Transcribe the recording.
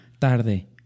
tarde